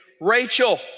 Rachel